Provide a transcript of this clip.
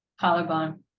Collarbone